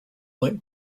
went